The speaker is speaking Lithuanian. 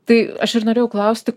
tai aš ir norėjau klausti